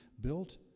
built